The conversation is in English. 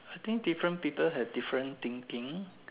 I think different people have different thinking